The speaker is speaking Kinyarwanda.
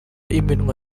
iminwa